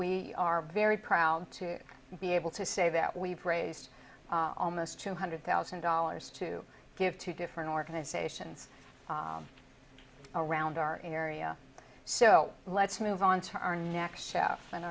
we are very proud to be able to say that we've raised almost two hundred thousand dollars to give to different organizations around our area so let's move on to our next